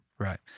Right